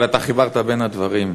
אבל אתה חיברת בין הדברים.